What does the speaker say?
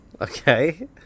okay